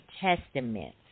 Testament